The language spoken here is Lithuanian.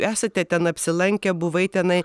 esate ten apsilankę buvai tenai